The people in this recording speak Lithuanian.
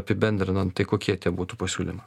apibendrinant tai kokie tie būtų pasiūlymai